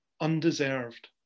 undeserved